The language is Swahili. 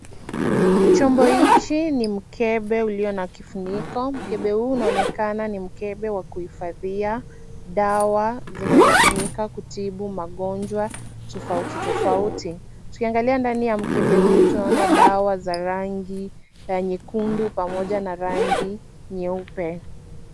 Chombo hichi ni mkebe ulio na kifuniko. Mkebe huu unaonekana ni mkebe wa kuhifadhia dawa zinazotumika kutibu magonjwa tofauti tofauti. Tukiangalia ndani ya mkebe huu tunaona dawa za rangi ya nyekundu pamoja na rangi nyeupe.